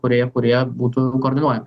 kurie kurie būtų koordinuojami